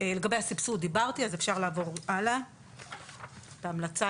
את ההמלצה,